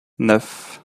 neuf